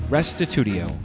Restitutio